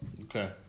Okay